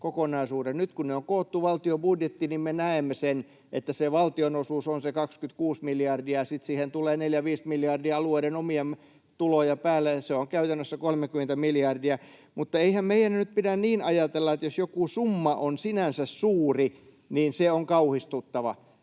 Nyt kun ne on koottu valtion budjettiin, niin me näemme sen, että se valtionosuus on se 26 miljardia ja sitten siihen tulee 4—5 miljardia alueiden omia tuloja päälle. Se on käytännössä 30 miljardia. Mutta eihän meidän nyt pidä niin ajatella, että jos joku summa on sinänsä suuri, niin se on kauhistuttava.